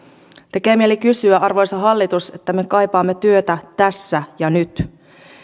tekee mieli sanoa arvoisa hallitus että me kaipaamme työtä tässä ja nyt